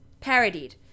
parodied